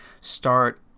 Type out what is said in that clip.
start